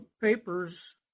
papers